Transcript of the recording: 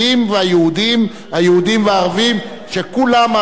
שכל עובדי הבניין הפכו להיות לאחר מכן קבלנים.